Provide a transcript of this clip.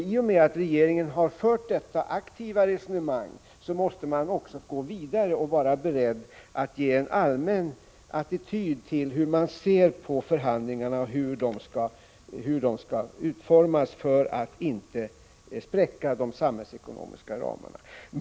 I och med att regeringen har gjort dessa ställningstaganden, måste den också gå vidare och vara beredd att ge en allmän bild av vilken attityd man har till förhandlingarna och hur de skall utformas för att inte spräcka de samhällsekonomiska ramarna.